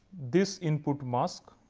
this input mask